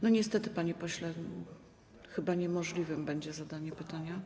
Niestety, panie pośle, chyba niemożliwe będzie zadanie pytania.